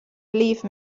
believe